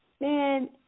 man